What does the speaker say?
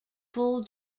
full